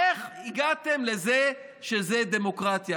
איך הגעתם לזה שזה דמוקרטיה?